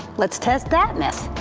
let's test that myth.